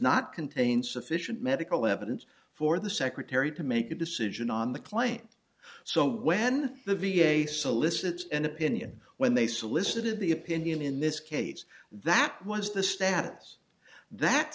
not contain sufficient medical evidence for the secretary to make a decision on the claim so when the v a solicit an opinion when they solicited the opinion in this case that was the status that